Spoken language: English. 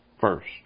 first